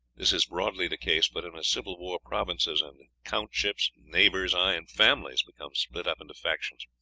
this is broadly the case, but in a civil war provinces and countships, neighbours, ay, and families, become split up into factions,